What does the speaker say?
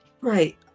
right